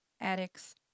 addicts